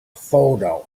photo